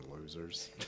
losers